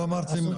לא אמרתי.